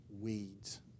Weeds